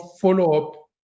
follow-up